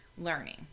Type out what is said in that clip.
learning